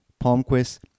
Palmquist